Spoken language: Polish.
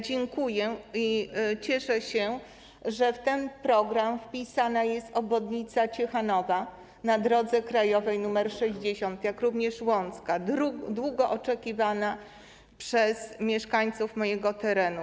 Dziękuję i cieszę się, że w ten program wpisana jest obwodnica Ciechanowa na drodze krajowej nr 60, jak również obwodnica Łącka, długo oczekiwana przez mieszkańców mojego terenu.